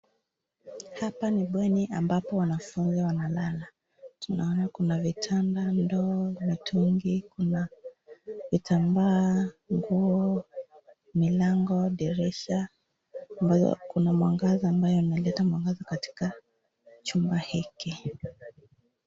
Hapa ni bweni ambapo wanafunzi wanalala. Tunaona kuna vitanda, ndoo, mitungi, kuna vitambaa, nguo, milango, dirisha, kuna mwangaza ambayo unaleta mwangaza katika chumba hiki.